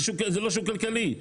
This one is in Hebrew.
זה לא שוק כלכלי.